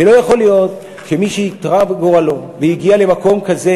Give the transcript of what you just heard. ולא יכול להיות שמי שאיתרע גורלו והגיע למקום כזה,